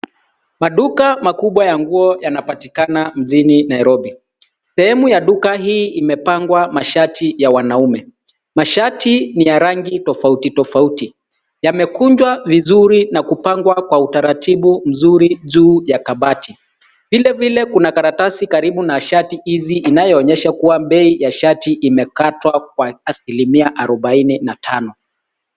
Maduka makubwa ya nguo yanapatikana mjini Nairobi. Sehemu ya duka hii imepangwa mashati ya wanaume. Mashati ni ya rangi tofauti, tofauti. Yamekunjwa vizuri na kupangwa kwa utaratibu mzuri juu ya kabati. Vilevile kuna karatasi karibu na shati hizi inayoonyesha kuwa bei ya shati imekwatwa kwa asilimia arobaini na tano.